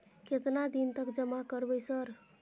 केतना दिन तक जमा करबै सर?